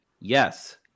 Yes